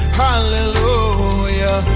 hallelujah